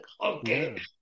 Okay